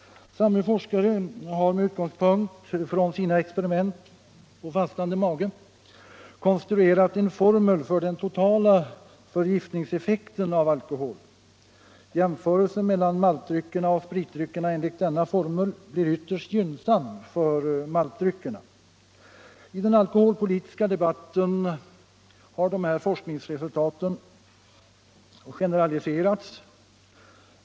Samme forskare har —- med utgångspunkt i experimenten med alkoholförtäring på fastande mage — konstruerat en formel. Jämförelsen mellan maltdrycker och spritdrycker blir ytterst gynnsam för maltdryckerna enligt denna formel. I den alkoholpolitiska debatten har dessa forskningsresultat generaliserats.